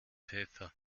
pfeffer